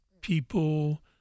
people